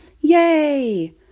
Yay